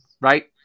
right